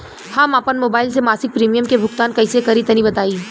हम आपन मोबाइल से मासिक प्रीमियम के भुगतान कइसे करि तनि बताई?